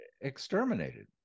exterminated